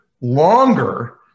longer